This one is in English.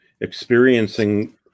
experiencing